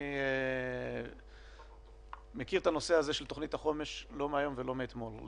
אני מכיר את הנושא הזה של תוכנית החומש לא מהיום ולא מאתמול.